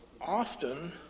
often